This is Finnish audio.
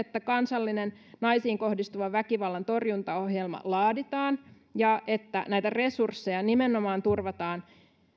että kansallinen naisiin kohdistuvan väkivallan torjuntaohjelma laaditaan ja että resursseja turvataan